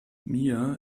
mia